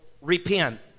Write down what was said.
repent